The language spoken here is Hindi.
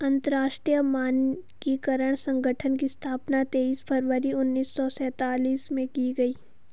अंतरराष्ट्रीय मानकीकरण संगठन की स्थापना तेईस फरवरी उन्नीस सौ सेंतालीस में की गई